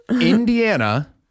Indiana